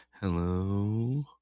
Hello